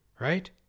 right